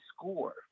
score